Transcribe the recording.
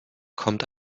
kommt